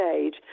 age